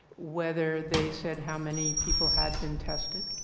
whether they said how many people had been tested?